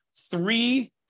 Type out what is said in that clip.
three